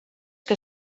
que